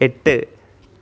എട്ട്